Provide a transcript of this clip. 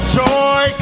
joy